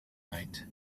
night